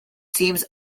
seems